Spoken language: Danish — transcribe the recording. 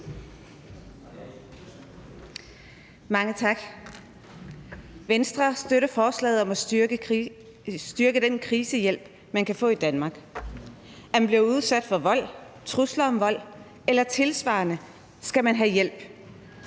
Mange tak. Venstre støtter forslaget om at styrke den krisehjælp, man kan få i Danmark. Er man blevet udsat for vold, trusler om vold eller tilsvarende, skal man have hjælp